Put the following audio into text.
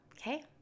Okay